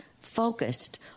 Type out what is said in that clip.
focused